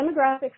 demographics